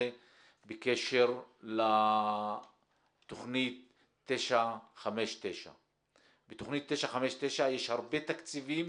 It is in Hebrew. בקשר לתוכנית 959. בתוכנית 959 יש הרבה תקציבים